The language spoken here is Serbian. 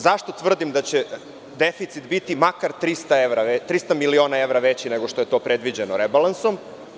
Zašto tvrdim da će deficit biti makar 300 miliona evra veći nego što je to predviđeno rebalansom?